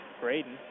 Braden